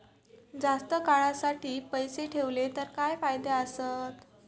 जास्त काळासाठी पैसे ठेवले तर काय फायदे आसत?